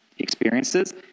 experiences